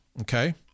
okay